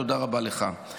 תודה רבה לך,